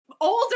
Older